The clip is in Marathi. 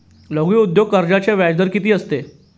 लघु उद्योग कर्जाचे व्याजदर किती असते?